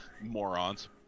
morons